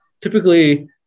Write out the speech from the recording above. typically